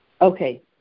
Okay